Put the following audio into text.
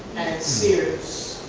sears.